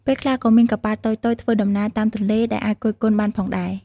ពេលខ្លះក៏មានកប៉ាល់តូចៗធ្វើដំណើរតាមទន្លេដែលអាចគយគន់បានផងដែរ។